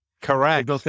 Correct